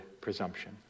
presumption